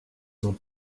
sont